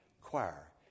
choir